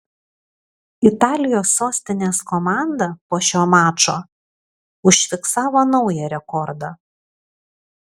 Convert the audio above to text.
italijos sostinės komanda po šio mačo užfiksavo naują rekordą